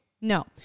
No